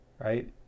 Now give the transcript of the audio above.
right